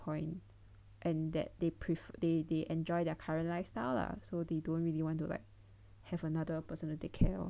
point and that they prefer they they enjoy their current lifestyle lah so they don't really want to like have another person to take care of